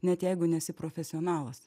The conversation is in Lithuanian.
net jeigu nesi profesionalas